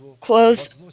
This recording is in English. clothes